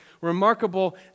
remarkable